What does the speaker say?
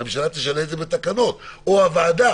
הממשלה תשנה את זה בתקנות או הוועדה,